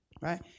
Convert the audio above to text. Right